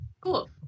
Cool